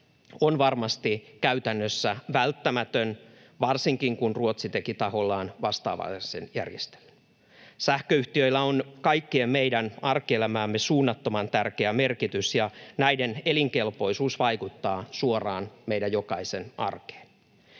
varmasti käytännössä välttämätön — varsinkin, kun Ruotsi teki tahollaan vastaavanlaisen järjestelyn. Sähköyhtiöillä on kaikkien meidän arkielämässämme suunnattoman tärkeä merkitys, ja näiden elinkelpoisuus vaikuttaa suoraan meidän jokaisen arkeen.